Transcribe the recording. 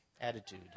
attitude